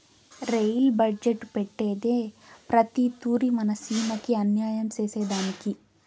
rail budget పెట్టేదే ప్రతి తూరి మన సీమకి అన్యాయం సేసెదానికి